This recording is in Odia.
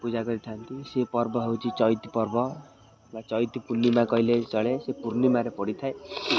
ପୂଜା କରିଥାନ୍ତି ସେ ପର୍ବ ହେଉଛି ଚୈତି ପର୍ବ ବା ଚୈତି ପୂର୍ଣିମା କହିଲେ ଚଳେ ସେ ପୂର୍ଣ୍ଣିମାରେ ପଡ଼ିଥାଏ